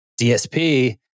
DSP